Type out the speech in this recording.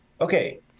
Okay